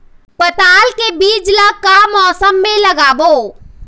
पताल के बीज ला का मौसम मे लगाबो?